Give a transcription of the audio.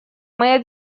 моя